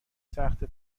سخته